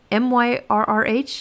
myrrh